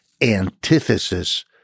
antithesis